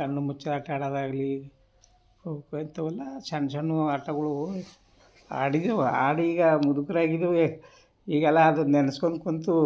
ಕಣ್ಣು ಮುಚ್ಚೋ ಆಟ ಆಡೋದಾಗಲೀ ಅವು ಇಂಥವೆಲ್ಲಾ ಸಣ್ ಸಣ್ಣವು ಆಟಗಳೂ ಆಡಿದ್ದೆವು ಆಡಿ ಈಗ ಮುದುಕ್ರಾಗಿದೀವಿ ಈಗೆಲ್ಲ ಅದು ನೆನೆಸ್ಕೊಂಡ್ ಕೂತೂ